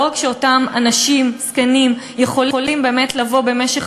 לא רק שאותם אנשים זקנים יכולים לבוא במשך